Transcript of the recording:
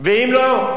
אם לא,